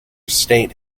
state